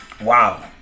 Wow